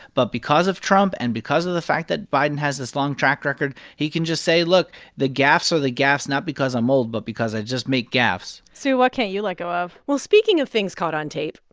but because of trump and because of the fact that biden has this long track record, he can just say, look the gaffes are the gaffes not because i'm old, but because i just make gaffes sue, what can't you let go of? well, speaking of things caught on tape,